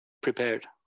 prepared